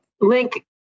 link